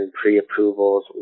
pre-approvals